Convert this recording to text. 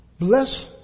Bless